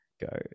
go